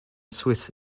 swiss